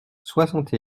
soixante